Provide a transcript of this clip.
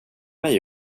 mig